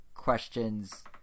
Questions